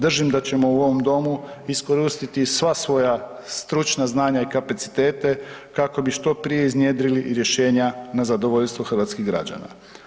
Držimo da ćemo u ovom Domu iskoristiti sva svoja stručna znanja i kapacitete kako bi što prije iznjedrili i rješenja na zadovoljstvo hrvatskih građana.